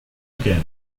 again